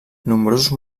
nombrosos